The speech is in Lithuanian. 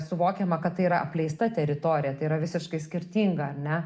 suvokiama kad tai yra apleista teritorija tai yra visiškai skirtinga ar ne